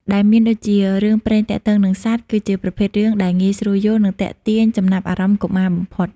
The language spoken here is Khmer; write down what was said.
ដែលមានដូចជា រឿងព្រេងទាក់ទងនឹងសត្វ គឺជាប្រភេទរឿងដែលងាយស្រួលយល់ និងទាក់ទាញចំណាប់អារម្មណ៍កុមារបំផុត។